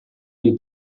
dei